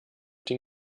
den